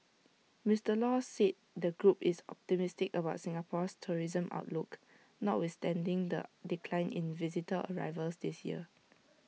Mister law said the group is optimistic about Singapore's tourism outlook notwithstanding the decline in visitor arrivals this year